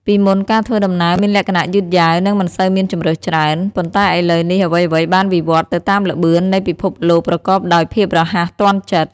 ពីមុនការធ្វើដំណើរមានលក្ខណៈយឺតយាវនិងមិនសូវមានជម្រើសច្រើន ប៉ុន្តែឥឡូវនេះអ្វីៗបានវិវឌ្ឍទៅតាមល្បឿននៃពិភពលោកប្រកបដោយភាពរហ័សទាន់ចិត្ត។